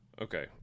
Okay